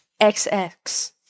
XX